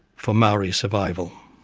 for maori survival.